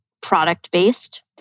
product-based